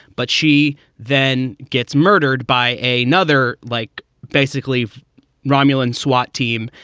but she then gets murdered by a nuther like basically romulans swat team.